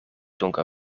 donker